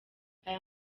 aya